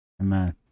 Amen